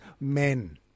men